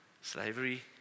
slavery